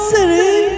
City